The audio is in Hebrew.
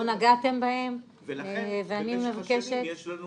לא נגעתם בהם ואני מבקשת --- ולכן במשך השנים יש לנו